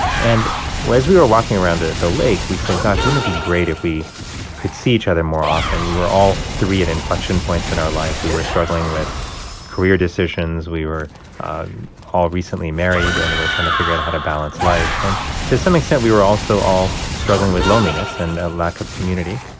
and as we were walking around the the lake, we said, gosh, wouldn't it be great if we could see each other more often? we were all three at inflection points in our life. we were struggling with career decisions. we were all recently married and and were trying to figure out how to balance life. and to some extent, we were also all struggling with loneliness and a lack of community.